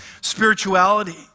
spirituality